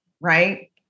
right